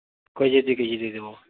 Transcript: ଖୁଏଜି ଦୁଇ K G ଦେଇ ଦେବ